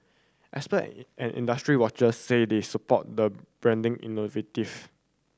expert and industry watchers said they support the branding initiative